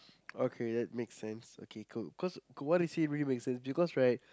okay that make sense okay cool cause what is he really make sense because right